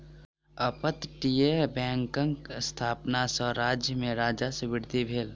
अपतटीय बैंकक स्थापना सॅ राज्य में राजस्व वृद्धि भेल